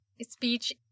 speech